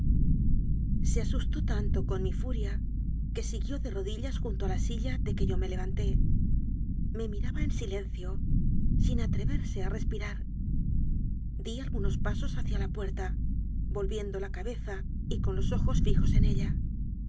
se asustó tanto con mi furia que siguió de ro dillas junto a la silla de que yo me levanté me miraba en silencio sin atreverse a respirar di algunos pasos hacia la puerta volviendo la cabe za y con los ojos fijos en ella